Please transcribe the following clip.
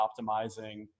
optimizing